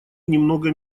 немного